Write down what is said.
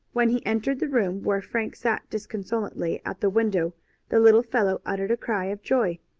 when he entered the room where frank sat disconsolately at the window the little fellow uttered a cry of joy.